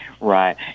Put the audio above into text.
Right